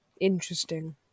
interesting